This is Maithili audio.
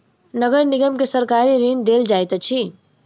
नगर निगम के सरकारी ऋण देल जाइत अछि